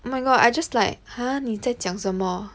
oh my god I'm just like !huh! 你在讲什么